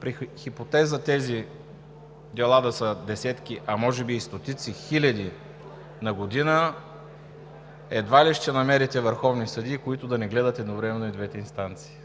При хипотеза тези дела да са десетки, а може би и стотици хиляди на година, едва ли ще намерите върховни съдии, които да не гледат едновременно и двете инстанции.